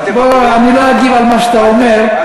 אני לא אגיב על מה שאתה אומר.